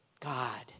God